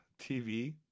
TV